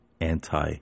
anti